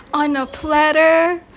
on a platter